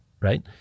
right